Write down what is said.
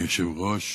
אדוני היושב-ראש,